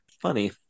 funny